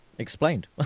Explained